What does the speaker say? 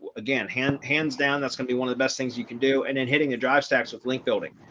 ah again, hands hands down, that's gonna be one of the best things you can do and then hitting the dr stacks with link building.